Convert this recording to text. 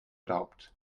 doubt